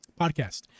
podcast